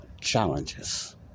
challenges